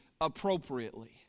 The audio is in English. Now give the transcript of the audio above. appropriately